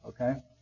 Okay